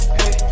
hey